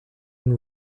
and